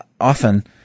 often